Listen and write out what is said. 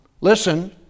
listen